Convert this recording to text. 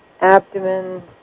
abdomen